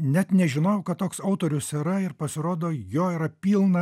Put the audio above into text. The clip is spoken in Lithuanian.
net nežinojau kad toks autorius yra ir pasirodo jo yra pilna